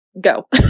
Go